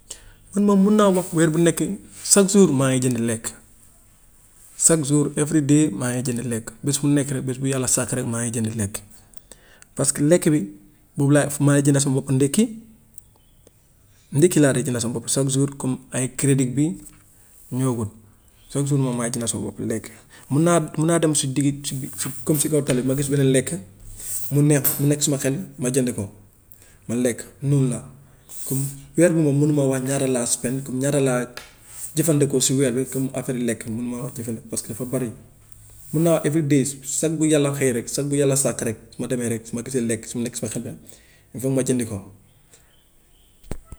Man moom mun naa wax weer bu nekk, chaque jour maa ngi jënd lekk. Chaque jour every day maa ngi jënd lekk, bis bu nekk rek, bis bu yàlla sàkk rek maa ngi jënd lekk, parce que lekk bi moom laay, maay jëndal sama bopp ndékki. Ndékki laa dee jëndal sama bopp chaque jour comme ay bi chaque jour moom maay jëndal sama bopp lekk. Mun naa, mun naa dem si diggi si si comme si kaw tali bi ma gis benn lekk, mu neex ma mu nekk suma xel ma jënd ko, ma lekk noonu la. Comme weer bi moom munu ma wax ñaata laa spend comme ñaata laa jëfandikoo si weer bi comme afeeru lekk munu maa wax jëfandi parce que dafa bari. Mun naa wax every day chaque bu yàlla xëyee rek chaque bu yàlla sàkk rek su ma demee rek su ma gisee lekk mu nekk sama xel bi, il foog ma jënd ko.